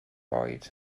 oed